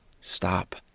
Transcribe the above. Stop